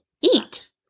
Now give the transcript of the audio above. eat